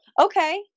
okay